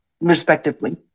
respectively